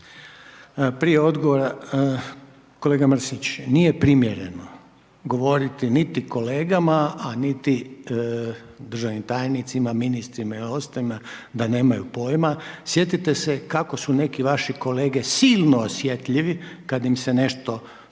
Prije odgovora, kolega Mršić, nije primjereno govoriti niti kolegama, a niti državnim tajnicima, ministrima i ostalima da nemaju pojma, sjetite se kako su neki vaše kolege silno osjetljivi kad im se nešto spomene